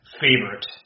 favorite